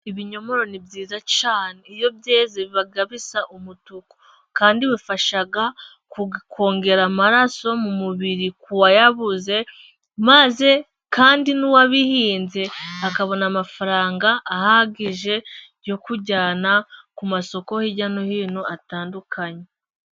Ibinyomoro ni byiza cyane. Iyo byeze biba bisa umutuku. Kandi bifasha kongera amaraso mu mubiri ku wayabuze, maze kandi n'uwabihinze akabona amafaranga ahagije yo kujyana ku masoko hirya no hino atandukanye.